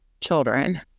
children